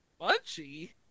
Munchie